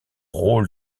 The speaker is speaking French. rôle